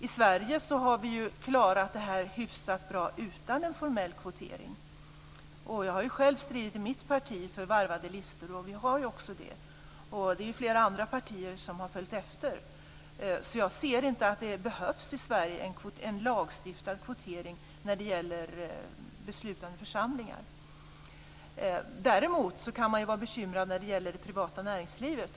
I Sverige har vi klarat detta hyfsat bra utan en formell kvotering. Jag har ju själv stridit i mitt parti för varvade listor, vilket vi också har, och det är flera andra partier som har följt efter. Jag ser därför inte att det behövs en lagstiftad kvotering i Sverige när det gäller beslutande församlingar. Däremot kan man vara bekymrad när det gäller det privata näringslivet.